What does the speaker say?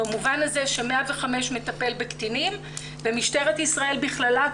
המעטפת היא מלאה במובן הזה ש-105 מטפל בקטינים ומשטרת ישראל בכללה,